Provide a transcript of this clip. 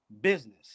business